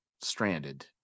stranded